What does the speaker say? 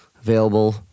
available